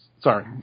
sorry